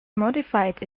modified